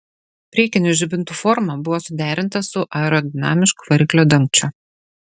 priekinių žibintų forma buvo suderinta su aerodinamišku variklio dangčiu